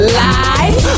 lie